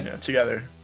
together